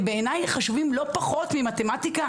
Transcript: הם בעיניי חשובים לא פחות ממתמטיקה,